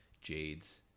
Jade's